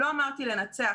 לא אמרתי לנצח,